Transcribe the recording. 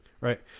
Right